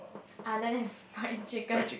other than fried chicken